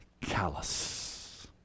callous